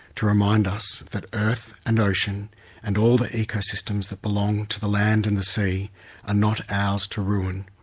to remind us that earth and ocean and all the ecosystems that belong to the land and the sea are not ours to ruin.